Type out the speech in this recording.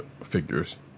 figures